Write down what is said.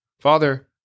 Father